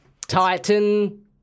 Titan